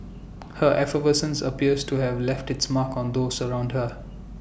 her effervescence appears to have left its mark on those around her